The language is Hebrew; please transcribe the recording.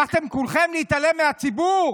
התחלתם כולכם להתעלם מהציבור?